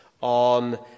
on